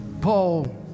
Paul